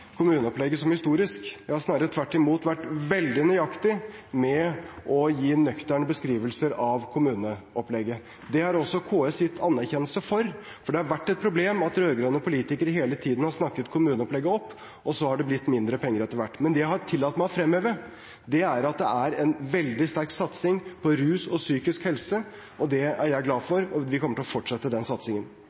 kommuneopplegget som historisk. Jeg har snarere tvert imot vært veldig nøyaktig med å gi nøkterne beskrivelser av kommuneopplegget. Det har også KS gitt anerkjennelse for, for det har vært et problem at rød-grønne politikere hele tiden har snakket kommuneopplegget opp, og så har det blitt mindre penger etter hvert. Men det jeg har tillatt meg å fremheve, er at det er en veldig sterk satsing på rus og psykisk helse, og det er jeg glad for – og vi kommer til å fortsette den satsingen.